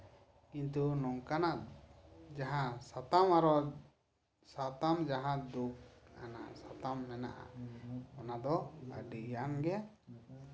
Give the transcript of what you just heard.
ᱠᱤᱱᱛᱩ ᱱᱚᱝᱠᱟᱱᱟᱜ ᱡᱟᱦᱟᱸ ᱥᱟᱛᱟᱢ ᱟᱨᱚ ᱥᱟᱛᱟᱢ ᱡᱟᱦᱟᱸ ᱫᱩᱠ ᱟᱱᱟᱜ ᱥᱟᱛᱟᱢ ᱢᱮᱱᱟᱜᱼᱟ ᱚᱱᱟᱫᱚ ᱟᱹᱰᱤ ᱜᱟᱱ ᱜᱮ